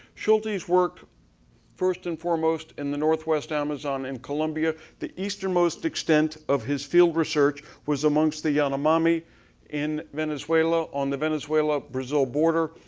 schultes work first and foremost in the northwest amazon in columbia. the eastern most extent of his field research was amongst the yanomami in venezuela, on the venezuela-brazil border.